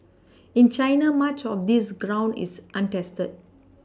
in China much of this ground is untested